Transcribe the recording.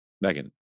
Megan